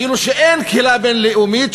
כאילו אין קהילה בין-לאומית,